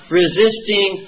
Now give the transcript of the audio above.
resisting